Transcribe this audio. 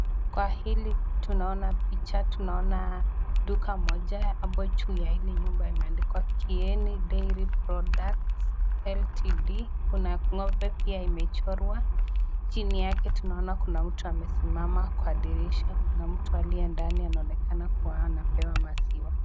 kwa hili tunaona picha, tunaona duka moja ambayo juu ya hili nyumba imeandikwa Kieni Dairy Products Ltd,kuna ng'ombe pia imechorwa, chini yake tunaona kuna mtu amesimama kwa dirisha, kuna mtu aliye ndani anaonekana kuwa anapewa maziwa.